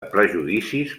prejudicis